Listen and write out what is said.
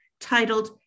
titled